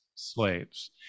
slaves